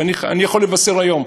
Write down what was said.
ואני יכול לבשר היום,